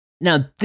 Now